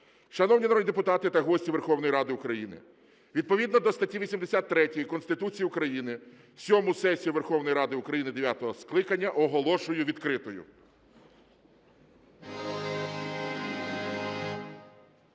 Шановні народні депутати та гості Верховної Ради України відповідно до статті 83 Конституції України сьому сесію Верховної Ради України дев'ятого скликання оголошую відкритою.